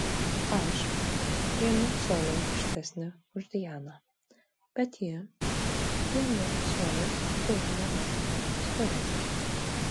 aš vienu coliu aukštesnė už dianą bet ji vienu coliu už mane storesnė